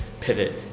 pivot